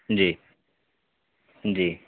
جی جی